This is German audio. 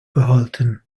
behalten